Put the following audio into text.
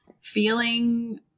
feeling